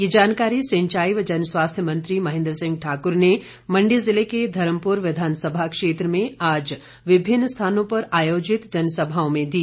ये जानकारी सिंचाई व जनस्वास्थ्य मंत्री महेन्द्र सिंह ठाकुर ने मंडी जिले के धर्मपुर विधानसभा क्षेत्र में आज विभिन्न स्थानों पर आयोजित जनसभाओं में दी